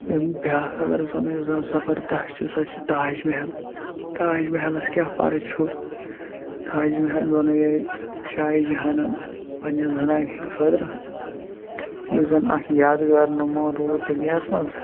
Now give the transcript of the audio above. یا بیٛاکھ اگرَے زَن یُس زَن زَبَردَس چھِ سۄ چھِ تاج محل تاج محلَس کیٛاہ پَرٕ چھُ تاج محل بَنایے شاہِ جہانَن پنٛنہِ زنانہِ ہِنٛدۍ خٲطرٕ یُس زَن اَکھ یادگار نموٗنہٕ روٗد دُنیاہَس منٛز